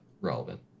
relevant